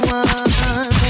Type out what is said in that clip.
one